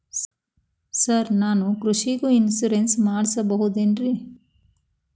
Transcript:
Sir ನಾನು ಕೃಷಿಗೂ insurance ಮಾಡಸಬಹುದೇನ್ರಿ?